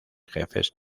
jefes